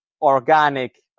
organic